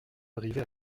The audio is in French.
arriver